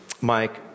Mike